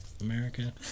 America